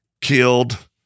Killed